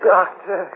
Doctor